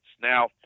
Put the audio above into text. Now